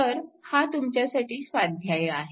तर हा तुमच्यासाठी स्वाध्याय आहे